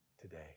today